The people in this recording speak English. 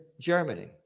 Germany